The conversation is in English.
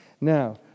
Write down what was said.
Now